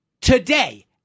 today